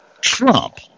Trump